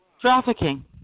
Trafficking